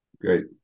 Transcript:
Great